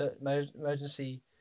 emergency